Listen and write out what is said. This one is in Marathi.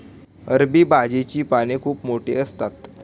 अरबी भाजीची पाने खूप मोठी असतात